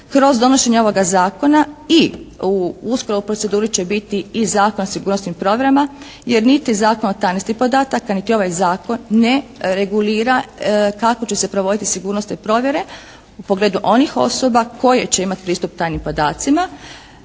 kroz donošenje ovoga zakona. I uskoro u proceduri će biti i Zakon o sigurnosnim provjerama, jer niti Zakon o tajnosti podataka, niti ovaj zakon ne regulira kako će se provoditi sigurnosne provjere, u pogledu onih osoba koje će imati pristup tajnim podacima.